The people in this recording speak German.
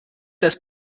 das